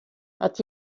hat